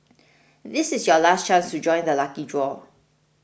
this is your last chance to join the lucky draw